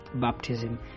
baptism